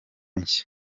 nshya